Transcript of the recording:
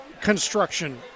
construction